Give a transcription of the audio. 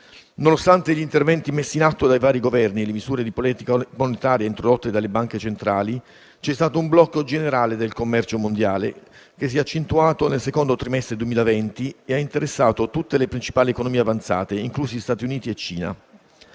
Nonostante gli interventi messi in atto dai vari Governi e le misure di politica monetaria introdotte dalle banche centrali, c'è stato un blocco generale del commercio mondiale, che si è accentuato nel secondo trimestre 2020 e ha interessato tutte le principali economie avanzate, incluse quelle di Stati Uniti e Cina.